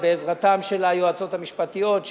בעזרת היועצות המשפטיות,